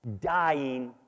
dying